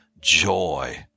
joy